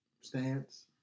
stance